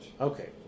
Okay